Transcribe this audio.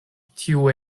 tiu